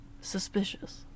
suspicious